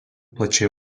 plačiai